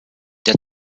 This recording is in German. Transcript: der